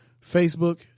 Facebook